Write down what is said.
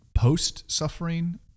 post-suffering